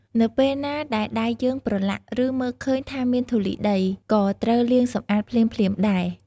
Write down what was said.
នៅពេលណាដែលដៃយើងប្រឡាក់ ឬមើលឃើញថាមានធូលីដី ក៏ត្រូវលាងសម្អាតភ្លាមៗដែរ។